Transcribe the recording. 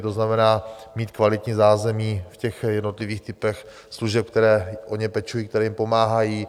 To znamená mít kvalitní zázemí v jednotlivých typech služeb, které o ně pečují, které jim pomáhají.